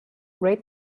rate